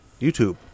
YouTube